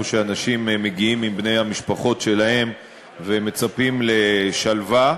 שאנשים מגיעים אליהם עם בני המשפחות שלהם ומצפים לשלווה,